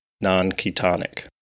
non-ketonic